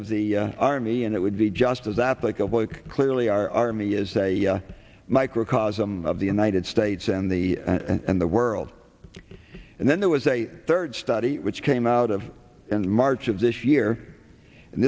of the army and it would be just as applicable to clearly our army is a microcosm of the united states and the and the world and then there was a third study which came out of in march of this year and